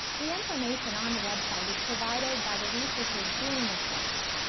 the information on the web site is provided by the researchers doing the studies.